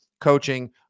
coaching